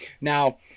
Now